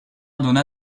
donna